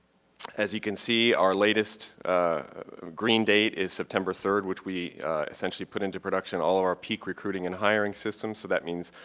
as you can see, our latest green date is september third, which we essentially put into production all of our peak recruiting and hiring systems so that means